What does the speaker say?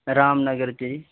ਰਾਮ ਨਗਰ 'ਚ ਜੀ